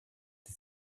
die